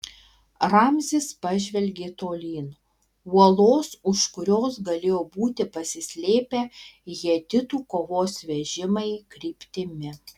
ramzis pažvelgė tolyn uolos už kurios galėjo būti pasislėpę hetitų kovos vežimai kryptimi